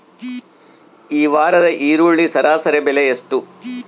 ಈ ವಾರದ ಈರುಳ್ಳಿ ಸರಾಸರಿ ಬೆಲೆ ಎಷ್ಟು?